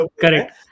Correct